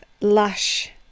lush